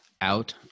out